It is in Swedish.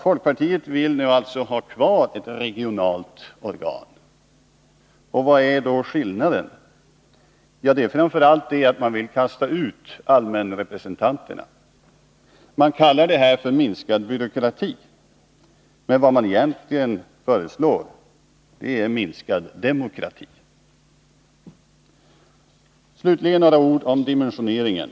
Folkpartiet vill nu alltså ha kvar ett regionalt organ. Vad är då skillnaden? Ja, det är framför allt att man vill kasta ut allmänrepresentanterna. Man kallar det för minskad byråkrati, men vad man egentligen föreslår är minskad demokrati. Slutligen några ord om dimensioneringen.